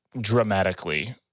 dramatically